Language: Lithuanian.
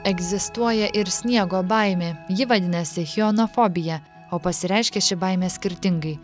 egzistuoja ir sniego baimė ji vadinasi chionofobija o pasireiškia ši baimė skirtingai